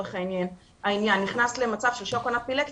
לצורך העניין נכנס למצב של שוק אנפילקטי,